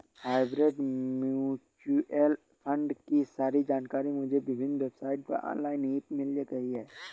hybrid mutual fund की सारी जानकारी मुझे विभिन्न वेबसाइट पर ऑनलाइन ही मिल गयी